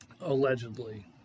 Allegedly